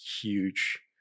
huge